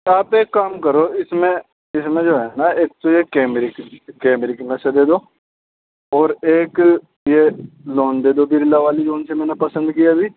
تو آپ ایک کام کرو اس میں اس میں جو ہے نا ایک تو یہ کیمرک کیمرک میں سے دے دو اور ایک یہ لونگ دے دو برلا والی جون سے میں نے پسند کیا ابھی